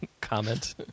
comment